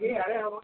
କି ଆଡ଼େ ହେବ